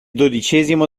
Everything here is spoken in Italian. dodicesimo